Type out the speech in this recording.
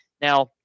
Now –